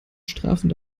strafen